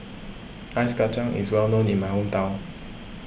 Ice Kachang is well known in my hometown